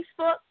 Facebook